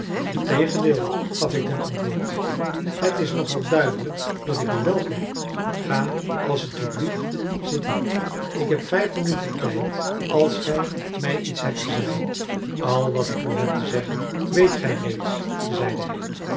integendeel gaf ik ten antwoord het is nog al duidelijk dat ik u wel ken ga als t u blieft zitten ik heb vijf minuten tijd als gij mij iets hebt te zeggen al wat ik u heb te zeggen weet gij reeds zeide hij